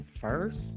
first